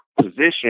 position